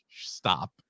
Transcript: Stop